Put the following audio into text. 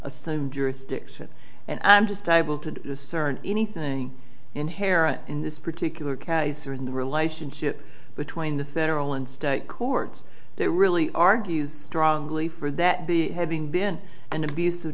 assume jurisdiction and i'm just eyeball to discern anything inherent in this particular case or in the relationship between the federal and state courts that really argue strongly for that be having been an abus